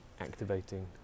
activating